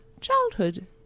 childhood